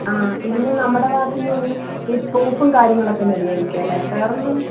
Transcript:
ആ ഇതിന് നമ്മുടെ ഭാഗത്തുനിന്ന് ഇനി ഈ പ്രൂഫും കാര്യങ്ങളും ഒക്കെ മതി ആയിരിക്കും അല്ലെ വേറെ ഒന്നും